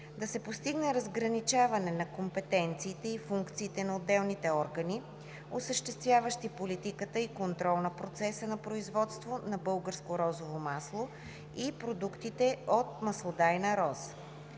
Да се постигне разграничаване на компетенциите и функциите на отделните органи, осъществяващи политиката и контрола на процеса на производство на българско розово масло и продуктите от маслодайна роза.